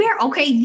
Okay